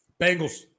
Bengals